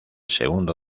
segundo